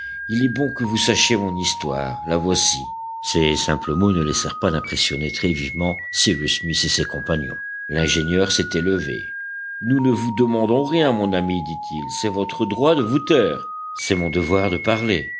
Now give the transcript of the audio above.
il est bon que vous sachiez mon histoire la voici ces simples mots ne laissèrent pas d'impressionner très vivement cyrus smith et ses compagnons l'ingénieur s'était levé nous ne vous demandons rien mon ami dit-il c'est votre droit de vous taire c'est mon devoir de parler